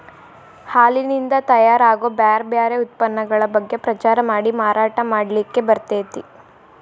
ಹಾಲಿನಿಂದ ತಯಾರ್ ಆಗೋ ಬ್ಯಾರ್ ಬ್ಯಾರೆ ಉತ್ಪನ್ನಗಳ ಬಗ್ಗೆ ಪ್ರಚಾರ ಮಾಡಿ ಮಾರಾಟ ಮಾಡ್ಲಿಕ್ಕೆ ಬರ್ತೇತಿ